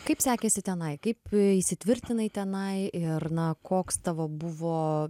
kaip sekėsi tenai kaip įsitvirtinai tenai ir na koks tavo buvo